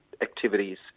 activities